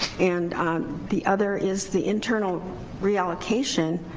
and the other is the internal reallocation,